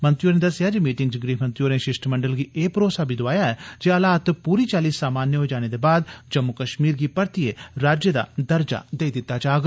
मंत्री होरें दस्सेआ जे मीटिंग च गृहमंत्री होरें शिष्टमंडल गी एह् भरोसा बी दोआया ऐ ज हालात पूरी चाल्ली सामान्य होई जाने दे बाद जम्मू कश्मीर गी परतियै राज्य दा दर्जा देई दित्ता जाग